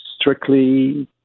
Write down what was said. strictly